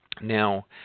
Now